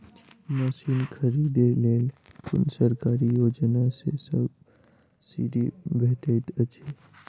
Machine खरीदे लेल कुन सरकारी योजना सऽ सब्सिडी भेटैत अछि?